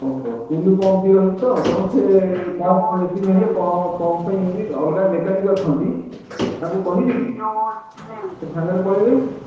ଓହୋ ଟୁଲୁ ପମ୍ପ୍ ବି ରହିଛି ତ ତେଣୁ ସେ ପମ୍ପ୍ ମେସିନ୍ ହେଲେ ପମ୍ପ୍ ପାଇଁ ଅଲଗା ମେକାନିକ୍ ଅଛନ୍ତି ତାଙ୍କୁ କହିବି କି ସେ ସାଙ୍ଗରେ ପଳେଇବେ